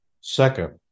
second